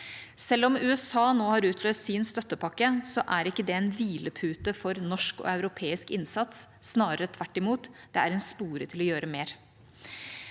Selv om USA nå har utløst sin støttepakke, er ikke det en hvilepute for norsk og europeisk innsats, snarere tvert imot. Det er en spore til å gjøre mer.